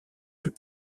plus